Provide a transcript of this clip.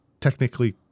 technically